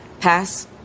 pass